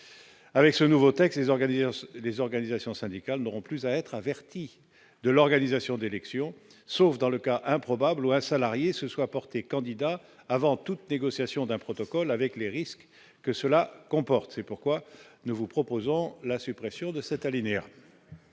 avec ce nouveau texte organisé ce les organisations syndicales n'auront plus à être averti de l'organisation d'élections, sauf dans le cas improbable où un salarié se soit porté candidat avant toute négociation d'un protocole avec les risques que cela comporte, c'est pourquoi nous vous proposons : la suppression de cet alinéa.